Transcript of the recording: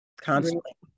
constantly